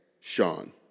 Sean